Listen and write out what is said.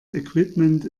equipment